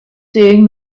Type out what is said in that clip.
saying